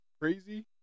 crazy